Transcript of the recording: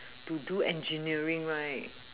to do engineering right